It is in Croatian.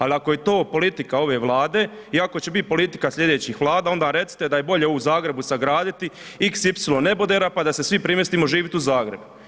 Ali ako je to politika ove Vlade i ako će biti politika sljedećih Vlada onda recite da je bolje u Zagrebu sagraditi xy nebodera pa da se svi premjestimo živjeti u Zagreb.